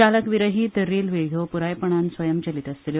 चालक विरयत रेल्वे ह्यो पुरायपणान स्वयंचलीत आसतले